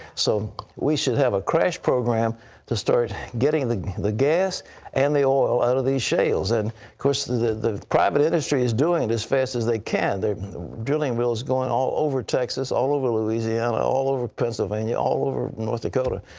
so we should have a crash program to start getting the the gas and the oil out of these shales. and, of course, the the private industry is doing it as fast as they can. there are drilling wells going all over texas, all over louisiana, all over pennsylvania, all over north dakota.